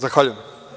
Zahvaljujem.